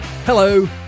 Hello